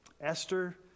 Esther